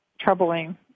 troubling